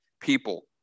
people